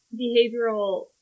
behavioral